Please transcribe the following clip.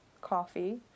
coffee